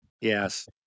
Yes